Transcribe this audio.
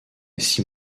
six